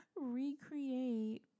recreate